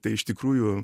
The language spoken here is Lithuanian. tai iš tikrųjų